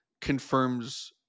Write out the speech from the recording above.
confirms